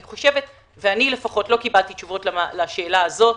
אני לפחות לא קיבלתי תשובות לשאלה הזאת.